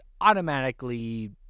automatically